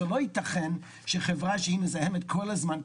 זה לא ייתכן שחברה שהיא מזהמת כל הזמן,